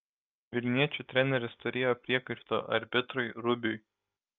vilniečių treneris turėjo priekaištų arbitrui rubiui